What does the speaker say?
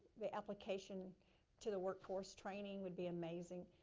the application to the workforce training would be amazing.